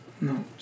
No